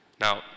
now